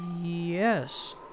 Yes